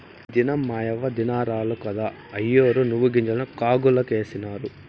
ఈ దినం మాయవ్వ దినారాలు కదా, అయ్యోరు నువ్వుగింజలు కాగులకేసినారు